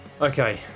okay